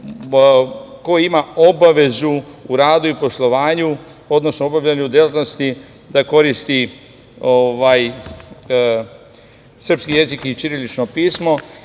ko ima obavezu u radu i poslovanju, odnosno obavljanju delatnosti da koristi srpski jezik i ćirilično pismo